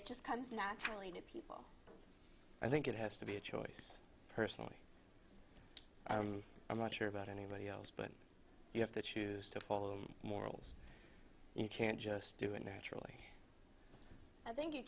it just comes naturally to people i think it has to be a choice personally i'm not sure about anybody else but you have to choose to follow the morals you can't just do it naturally i think you